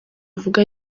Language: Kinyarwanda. avuga